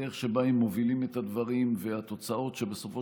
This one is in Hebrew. הדרך שבה הם מובילים את הדברים והתוצאות שבסופו